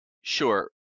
sure